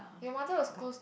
your mother was close